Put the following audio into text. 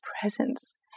presence